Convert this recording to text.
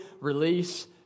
release